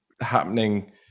happening